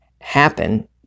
happen